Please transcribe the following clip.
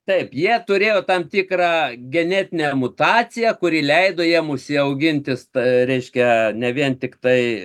taip jie turėjo tam tikrą genetinę mutaciją kuri leido jiem užsiauginti sta reiškia ne vien tiktai